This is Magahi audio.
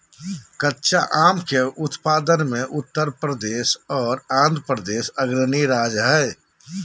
कच्चा आम के उत्पादन मे उत्तर प्रदेश आर आंध्रप्रदेश अग्रणी राज्य हय